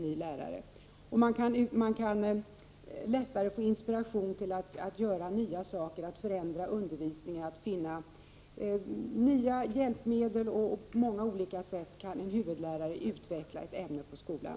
Huvudlärarna kan också ge inspiration till nya metoder och förändringar i undervisningen. De kan bidra till att få fram nya hjälpmedel och på många sätt medverka till att utveckla sitt ämne i skolan.